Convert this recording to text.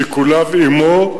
שיקוליו עמו,